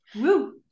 Woo